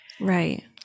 Right